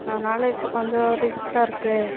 அதனால் இப்போ கொஞ்சம் ரிஸ்க்காக இருக்குது